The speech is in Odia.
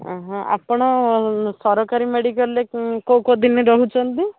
ଅଁ ହଁ ଆପଣ ସରକାରୀ ମେଡ଼ିକାଲ୍ରେ କେଉଁ କେଉଁ ଦିନ ରହୁଛନ୍ତି